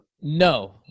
No